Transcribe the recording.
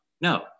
No